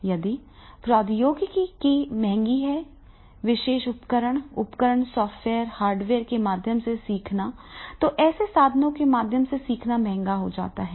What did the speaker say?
यदि प्रौद्योगिकी ही महंगी है विशेष उपकरण उपकरण सॉफ्टवेयर हार्डवेयर के माध्यम से सीखना तो ऐसे साधनों के माध्यम से सीखना महंगा हो जाता है